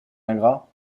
ingrats